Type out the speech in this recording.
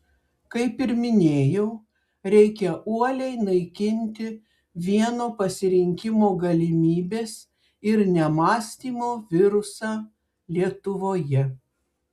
kaip ir minėjau reikia uoliai naikinti vieno pasirinkimo galimybės ir nemąstymo virusą lietuvoje